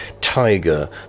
Tiger